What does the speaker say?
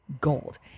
gold